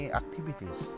activities